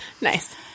nice